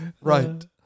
right